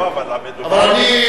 אבל אני,